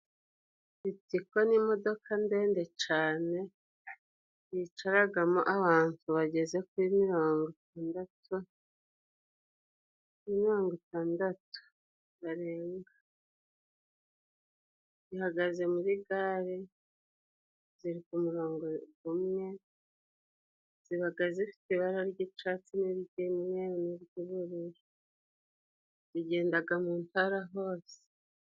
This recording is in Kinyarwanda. Ritiko ni imodoka ndende cane yicaragamo abantu bageze kuri mirongo itandatu, kuri mirongo itandatu barenga ihagaze muri gare ziri kumungo gumwe zibaga zifite ibara ry'icyatsi n'iry umweru n'ubururu zigenda mu ntara hose.